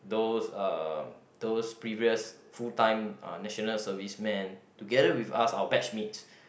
those uh those previous full time uh national servicemen together with us our batch mates